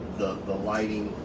the lighting,